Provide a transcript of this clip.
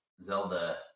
Zelda